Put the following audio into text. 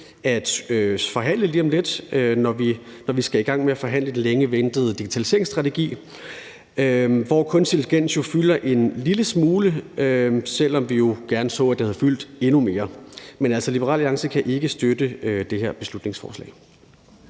at forhandle lige om lidt, når vi skal i gang med at forhandle den længe ventede digitaliseringsstrategi, hvor kunstig intelligens jo fylder en lille smule, selv om vi jo gerne så, at det havde fyldt endnu mere. Men altså, Liberal Alliance kan ikke støtte det her beslutningsforslag.